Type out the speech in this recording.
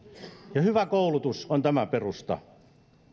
ja hyvä koulutus on tämän perusta